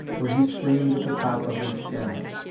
where he screamed at the top of his gamut.